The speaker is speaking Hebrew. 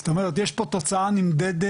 זאת אומרת יש פה תוצאה נמדדת,